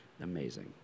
amazing